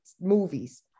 movies